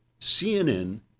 CNN